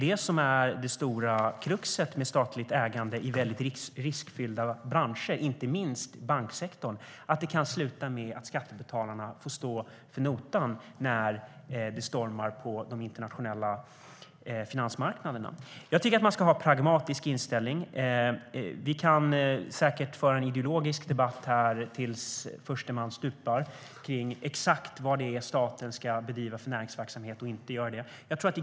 Det är det stora kruxet med statligt ägande i riskfyllda branscher, inte minst banksektorn. Det kan sluta med att skattebetalarna får stå för notan när det stormar på de internationella finansmarknaderna. Jag tycker att man ska ha en pragmatisk inställning. Vi kan säkert föra en ideologisk debatt till dess förste man stupar om exakt var staten ska bedriva näringsverksamhet eller inte.